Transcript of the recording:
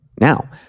Now